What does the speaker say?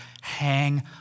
hang